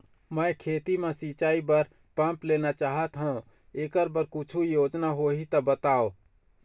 मैं खेती म सिचाई बर पंप लेना चाहत हाव, एकर बर कुछू योजना होही त बताव?